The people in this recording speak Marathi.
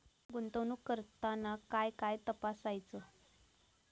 गुंतवणूक करताना काय काय तपासायच?